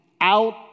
out